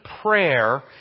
prayer